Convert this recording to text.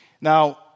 Now